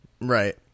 Right